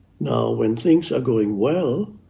now, when things are going well,